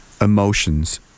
emotions